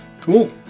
cool